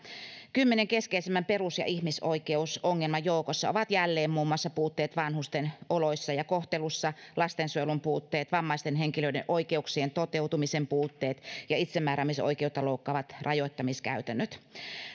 kymmenen keskeisimmän perus ja ihmisoikeusongelman joukossa ovat jälleen muun muassa puutteet vanhusten oloissa ja kohtelussa lastensuojelun puutteet vammaisten henkilöiden oikeuksien toteutumisen puutteet ja itsemääräämisoikeutta loukkaavat rajoittamiskäytännöt